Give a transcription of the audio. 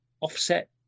offset